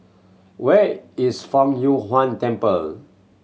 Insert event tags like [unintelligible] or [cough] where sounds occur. where is Fang Yuan [unintelligible] Temple